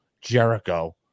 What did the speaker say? Jericho